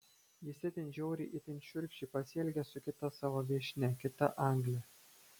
jis itin žiauriai itin šiurkščiai pasielgė su kita savo viešnia kita angle